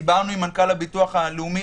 דיברנו אתמול עם מנכ"ל הביטוח הלאומי.